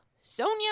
Sonia